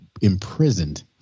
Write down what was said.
imprisoned